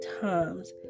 times